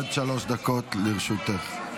עד שלוש דקות לרשותך.